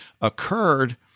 occurred